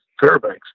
Fairbanks